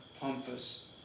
pompous